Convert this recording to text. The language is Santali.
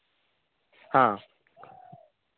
ᱦᱮᱸ